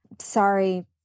sorry